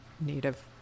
Native